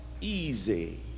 easy